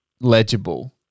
legible